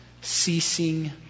ceasing